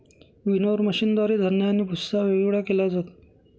winnower मशीनद्वारे धान्य आणि भुस्सा वेगवेगळा केला जातो